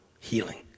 healing